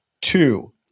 two